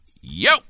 Yo